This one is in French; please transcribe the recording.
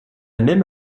même